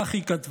כך היא כתבה: